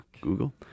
Google